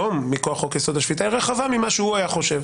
בוודאי.